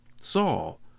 Saul